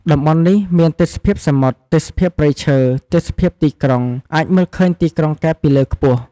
តំបន់នេះមានទេសភាពសមុទ្រ ទេសភាពព្រៃឈើ ទេសភាពទីក្រុង អាចមើលឃើញទីក្រុងកែបពីលើខ្ពស់។